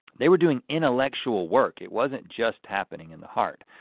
they were doing intellectual work, it wasn't just happening in the heart.